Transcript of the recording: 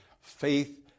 faith